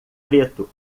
preto